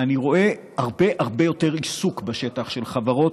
אני רואה הרבה הרבה יותר עיסוק בשטח של חברות